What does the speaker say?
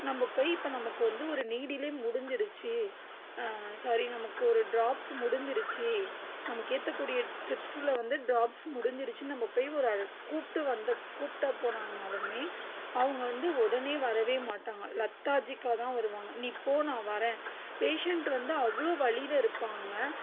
நம்ப போய் இப்போ நமக்கு வந்து ஒரு நீடிலே முடிஞ்சிடுச்சு சரி நமக்கு ஒரு டிராப்ஸ் முடிஞ்சிடுச்சு நமக்கு ஏற்றக்கூடிய ட்ரிப்ஸில் வந்து டிராப்ஸ் முடிஞ்சிடுச்சு நம்ப போய் ஒரு கூப்பிட்டு வந்த கூப்பிட போனாங்கனாலுமே அவங்க வந்து உடனே வரவே மாட்டாங்க லெத்தாஜிக்காக தான் வருவாங்க நீ போ நான் வரேன் பேஷண்ட் வந்து அவ்வளோ வலியில இருப்பாங்க